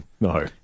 no